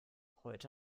heute